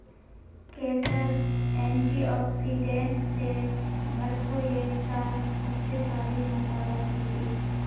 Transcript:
केसर एंटीऑक्सीडेंट स भरपूर एकता शक्तिशाली मसाला छिके